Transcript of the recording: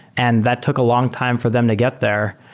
and that took a long time for them to get there,